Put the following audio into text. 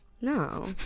no